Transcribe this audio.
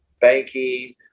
banking